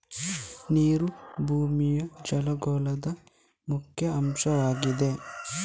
ನೀರು ಭೂಮಿಯ ಜಲಗೋಳದ ಮುಖ್ಯ ಅಂಶವಾಗಿದೆ